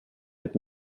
mit